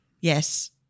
Yes